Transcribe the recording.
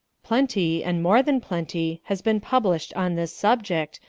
plenty, and more than plenty, has been published on this subject,